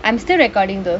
I am still recording though